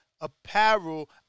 apparel